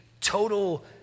total